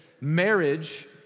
marriage